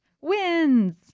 wins